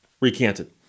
recanted